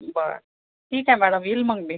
बरं ठीक आहे मॅडम येईल मग मी